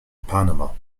panama